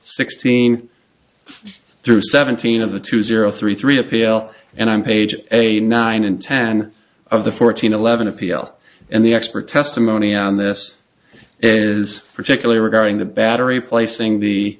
sixteen through seventeen of the two zero three three appeal and i'm page a nine in ten of the fourteen eleven appeal and the expert testimony on this is particularly regarding the battery placing the